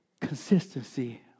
Consistency